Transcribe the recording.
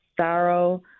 sorrow